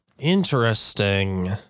interesting